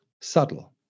Subtle